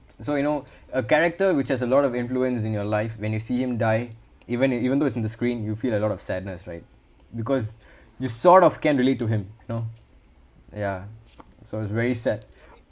so you know a character which has a lot of influences in your life when you see him die even if even though it's in the screen you feel a lot of sadness right because you sort of can relate to him you know ya so I was very sad